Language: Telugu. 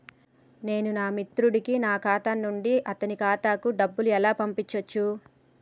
నేను నా మిత్రుడి కి నా ఖాతా నుండి అతని ఖాతా కు డబ్బు ను ఎలా పంపచ్చు?